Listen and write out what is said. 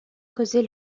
causer